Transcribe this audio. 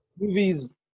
Movies